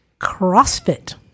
CrossFit